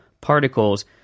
Particles